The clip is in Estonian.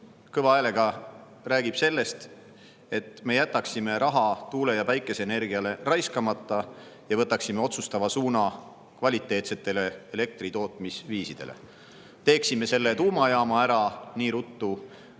kõva häälega räägib sellest, et me jätaksime raha tuule- ja päikeseenergiale raiskamata ja võtaksime otsustava suuna kvaliteetsetele elektri tootmise viisidele: teeksime selle tuumajaama ära nii ruttu,